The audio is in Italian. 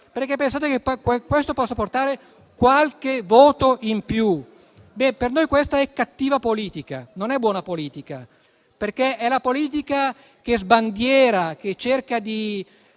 perché pensate che questo possa portare qualche voto in più. Per noi questa è cattiva politica, non è buona politica; è una politica che sbandiera, che cerca di